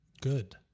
Good